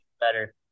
better